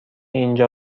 اینجا